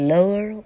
Lower